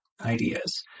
ideas